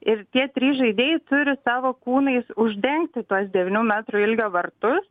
ir tie trys žaidėjai turi savo kūnais uždengti tuos devynių metrų ilgio vartus